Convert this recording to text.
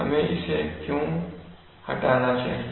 हमें इसे क्यों हटाना चाहिए